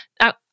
Now